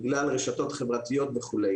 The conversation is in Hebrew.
בגלל הרשתות החברתיות וכו'.